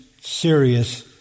serious